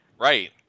Right